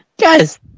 Guys